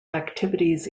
activities